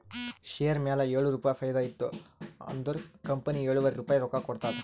share ಮ್ಯಾಲ ಏಳು ರುಪಾಯಿ ಫೈದಾ ಇತ್ತು ಅಂದುರ್ ಕಂಪನಿ ಎಳುವರಿ ರುಪಾಯಿ ರೊಕ್ಕಾ ಕೊಡ್ತುದ್